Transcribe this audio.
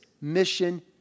mission